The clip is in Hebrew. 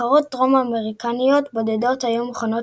נבחרות דרום אמריקניות בודדות היו מוכנות